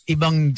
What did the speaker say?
Ibang